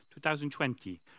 2020